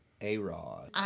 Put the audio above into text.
A-Rod